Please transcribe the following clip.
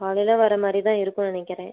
காலையில் வர மாதிரி தான் இருக்கும்னு நினைக்கிறேன்